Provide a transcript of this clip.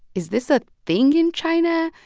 is this a thing in china?